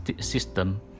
system